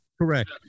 Correct